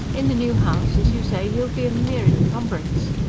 in the new house, as you say, he'll be a mere encumbrance.